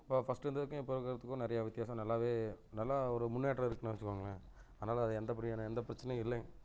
இப்போ ஃபஸ்ட்டு இருந்ததுக்கும் இப்போ இருக்கிறதுக்கும் நிறைய வித்தியாசம் நல்லாவே நல்லா ஒரு முன்னேற்றம் இருக்குனு வச்சுக்கோங்களேன் அதனால அது எந்த படியான எந்த பிரச்சனையும் இல்லை